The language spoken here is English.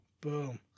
Boom